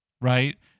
right